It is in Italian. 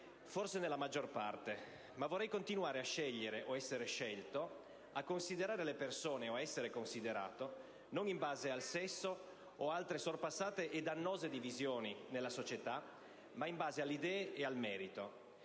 forse nella maggior parte. Ma vorrei continuare a scegliere, o ad essere scelto, a considerare le persone, o ad essere considerato, non in base al sesso o ad altre sorpassate e dannose divisioni nella società, ma in base alle idee e al merito: